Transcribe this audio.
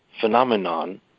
phenomenon